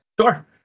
Sure